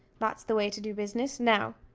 that's the way to do business. now,